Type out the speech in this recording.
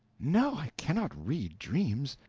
no, i cannot read dreams.